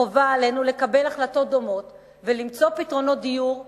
חובה עלינו לקבל החלטות דומות ולמצוא פתרונות דיור לילדינו.